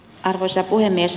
arvoisa puhemies